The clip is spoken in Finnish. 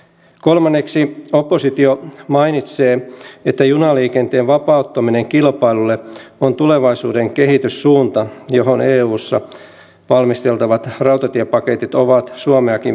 kolmanneksi oppositio mainitsee että junaliikenteen vapauttaminen kilpailulle on tulevaisuuden kehityssuunta johon eussa valmisteltavat rautatiepaketit ovat suomeakin viemässä